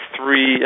three